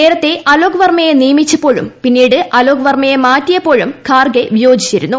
നേരത്തെ ലോക് വർമ്മയെ നിയമിച്ച പ്പോഴും പിന്നീട് അലോക് വർമ്മയെ മാറ്റിയപ്പോഴും ഖാർഗെ വിയോജി ച്ചിരുന്നു